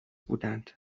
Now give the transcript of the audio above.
بودند